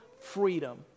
freedom